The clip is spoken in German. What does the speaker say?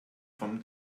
vom